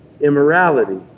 immorality